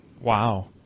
Wow